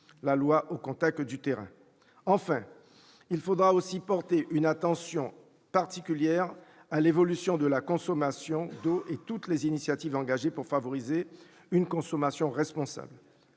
la loi au contact du terrain. Par ailleurs, il faudra aussi porter une attention particulière à l'évolution de la consommation d'eau et à toutes les initiatives engagées pour favoriser une consommation responsable.